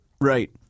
Right